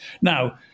Now